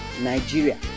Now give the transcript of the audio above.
Nigeria